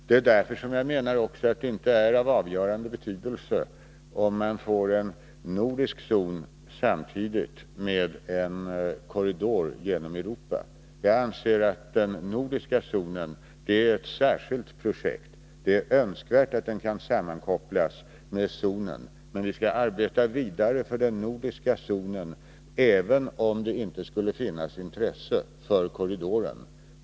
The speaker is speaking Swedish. Det är också därför jag menar att det inte är av avgörande betydelse om man får till stånd en nordisk zon samtidigt med en korridor genom Europa. Jag anser att den nordiska zonen är ett särskilt projekt. Det är önskvärt att den kan sammankopplas -« med korridoren, men vi skall arbeta vidare för den nordiska zonen även om det inte skulle finnas intresse för korridoren.